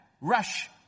rush